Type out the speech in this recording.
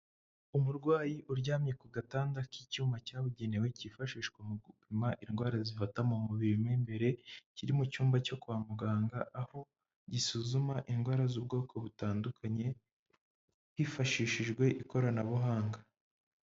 Umurwayi uryamye ku gatanda k'icyuma cyabugenewe cyifashishwa mu gupima indwara zifata mu mubiri mo imbere kiri mu cyumba cyo kwa muganga aho gisuzuma indwara z'ubwoko butandukanye hifashishijwe ikoranabuhanga.